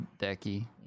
Decky